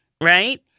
right